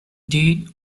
dean